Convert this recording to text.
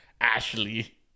ashley